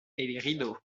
elegido